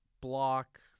Block